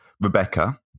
Rebecca